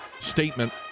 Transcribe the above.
statement